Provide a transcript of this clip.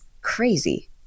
crazy